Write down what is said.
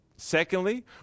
Secondly